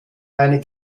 eine